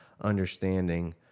understanding